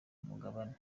umugabane